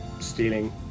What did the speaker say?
stealing